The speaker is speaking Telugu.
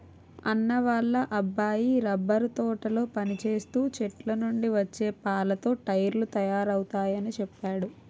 అన్నా వాళ్ళ అబ్బాయి రబ్బరు తోటలో పనిచేస్తూ చెట్లనుండి వచ్చే పాలతో టైర్లు తయారవుతయాని చెప్పేడు